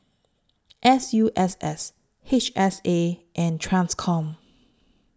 S U S S H S A and TRANSCOM